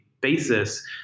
basis